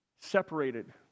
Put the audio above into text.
separated